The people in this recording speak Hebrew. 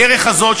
הדרך הזאת,